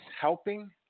helping